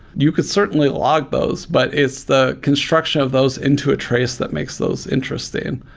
you could certainly log those, but is the construction of those into a trace that makes those interesting.